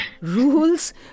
rules